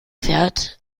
fährt